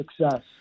success